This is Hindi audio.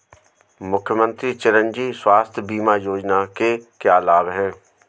मुख्यमंत्री चिरंजी स्वास्थ्य बीमा योजना के क्या लाभ हैं?